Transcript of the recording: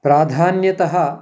प्राधान्यतः